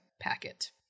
packet